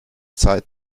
zeit